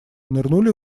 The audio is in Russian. нырнули